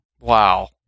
Wow